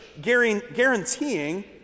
guaranteeing